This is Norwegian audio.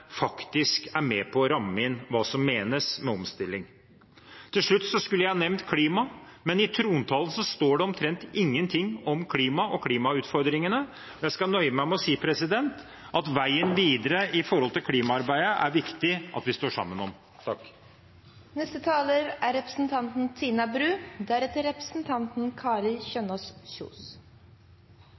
faktisk er med på å ramme inn hva som menes med omstilling. Til slutt skulle jeg ha nevnt klima, men i trontalen står det omtrent ingenting om klima og klimautfordringene. Jeg skal nøye meg med å si at veien videre i klimaarbeidet er det viktig at vi står sammen om. Begrepet «omstilling» og hvem som begynte å snakke om det tidligst og best, har preget denne debatten i dag. Representanten